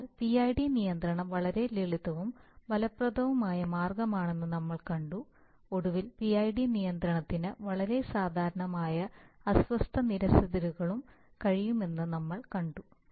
അതിനാൽ PID നിയന്ത്രണം വളരെ ലളിതവും ഫലപ്രദവുമായ മാർഗ്ഗമാണെന്ന് നമ്മൾ കണ്ടു ഒടുവിൽ PID നിയന്ത്രണത്തിന് വളരെ സാധാരണമായ അസ്വസ്ഥത നിരസിക്കലുകൾക്കും കഴിയുമെന്ന് നമ്മൾ കണ്ടു